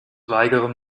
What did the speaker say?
weigere